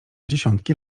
dziesiątki